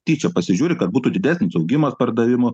tyčia pasižiūri kad būtų didesnis augimas pardavimų